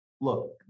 look